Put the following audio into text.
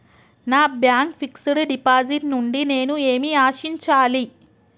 నా bank fixed deposit నుండి నేను ఏమి ఆశించాలి?